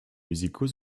musicaux